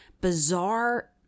bizarre